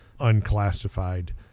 unclassified